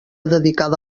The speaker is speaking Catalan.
dedicada